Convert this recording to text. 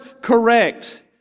correct